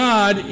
God